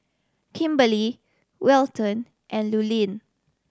Kimberley Welton and Lurline